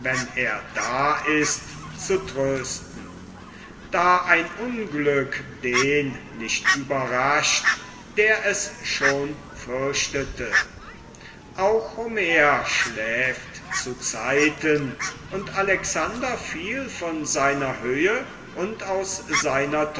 wenn er da ist zu trösten da ein unglück den nicht überrascht der es schon fürchtete auch homer schläft zu zeiten und alexander fiel von seiner höhe und aus seiner